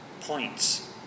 points